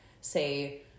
say